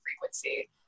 frequency